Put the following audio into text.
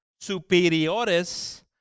superiores